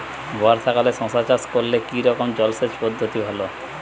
বর্ষাকালে শশা চাষ করলে কি রকম জলসেচ পদ্ধতি ভালো?